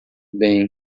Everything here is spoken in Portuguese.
bem